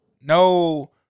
No